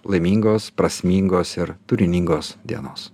laimingos prasmingos ir turiningos dienos